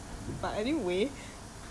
you living in singapore here